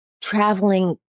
traveling